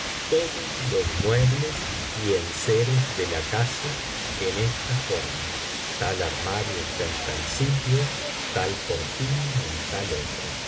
todos los muebles y enseres de la casa en esta forma tal armario está en tal sitio tal cortina en tal otro